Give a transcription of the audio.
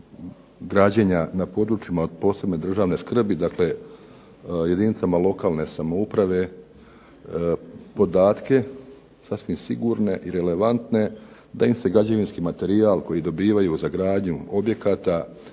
građenja na područjima od posebne skrbi, dakle jedinicama lokalne samouprave podatke sasvim sigurne i relevantne da im se građevinski materijal koji dobivaju za gradnju objekata